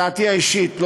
דעתי האישית,